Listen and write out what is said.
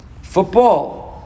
Football